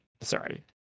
Sorry